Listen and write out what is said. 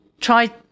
try